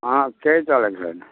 अहँ केही चलेको छैन